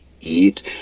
eat